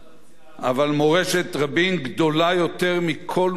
אבל מורשת רבין גדולה יותר מכל מעשה פוליטי